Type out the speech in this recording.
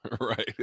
right